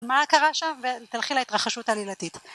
מה קרה שם? ותלכי להתרחשות העלילתית